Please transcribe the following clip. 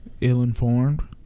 ill-informed